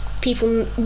people